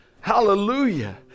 hallelujah